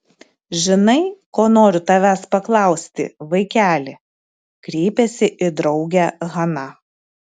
žinai ko noriu tavęs paklausti vaikeli kreipėsi į draugę hana